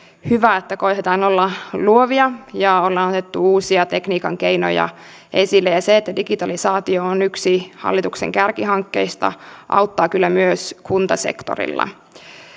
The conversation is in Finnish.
hyvä että koetetaan olla luovia ja ollaan otettu uusia tekniikan keinoja esille ja se että digitalisaatio on yksi hallituksen kärkihankkeista auttaa kyllä myös kuntasektorilla